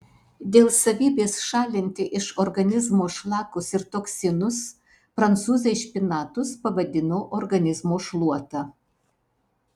dėl savybės šalinti iš organizmo šlakus ir toksinus prancūzai špinatus pavadino organizmo šluota